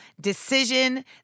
decision